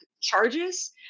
charges